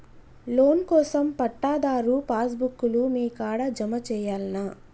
Loan కోసం పట్టాదారు pass book లు మీ కాడా జమ చేయల్నా?